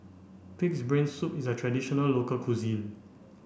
pig's brain soup is a traditional local cuisine